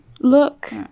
look